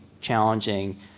challenging